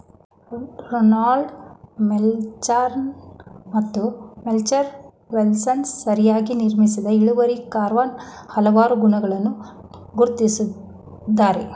Ronald Melichar ಮತ್ತು Merle Welshons ಸರಿಯಾಗಿ ನಿರ್ಮಿಸಿದ ಇಳುವರಿ ಕರ್ವಾನ ಹಲವಾರು ಗುಣಲಕ್ಷಣಗಳನ್ನ ಗುರ್ತಿಸಿದ್ದಾರೆ